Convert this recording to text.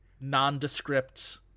nondescript